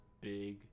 big